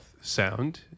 sound